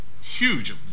huge